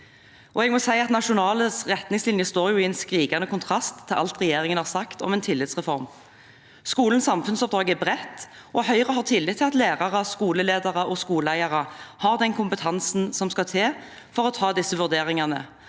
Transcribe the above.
nasjonale retningslinjer står i en skrikende kontrast til alt regjeringen har sagt om en tillitsreform. Skolens samfunnsoppdrag er bredt. Høyre har tillit til at lærere, skoleledere og skoleeiere har den kompetansen som skal til for å ta disse vurderingene,